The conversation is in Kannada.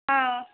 ಹಾಂ